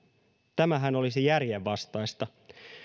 tämähän olisi järjen vastaista